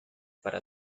para